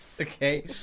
Okay